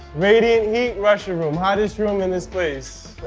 radiant heat russian room, hottest room in this place.